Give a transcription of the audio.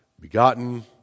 begotten